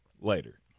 later